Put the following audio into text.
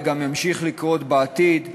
וגם ימשיך לקרות בעתיד,